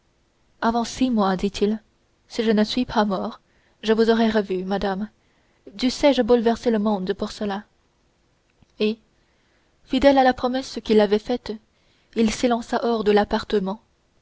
avant six mois dit-il si je ne suis pas mort je vous aurai revue madame dussé-je bouleverser le monde pour cela et fidèle à la promesse qu'il avait faite il s'élança hors de l'appartement